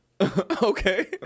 Okay